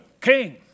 king